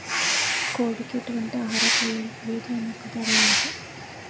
కోడి కి ఎటువంటి ఆహారం వేయాలి? మరియు దాని యెక్క ధర ఎంత?